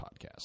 podcast